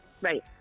Right